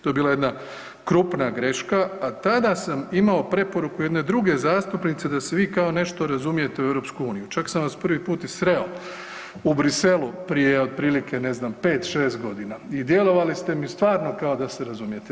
To je bila jedna krupna greška, a tada sam imao preporuku jedne druge zastupnice da se vi kao nešto razumijete u EU, čak sam vas prvi put i sreo u Bruxellesu prije otprilike ne znam 5-6.g. i djelovali ste mi stvarno kao da se razumijete.